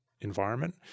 environment